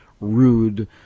rude